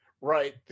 right